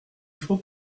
faut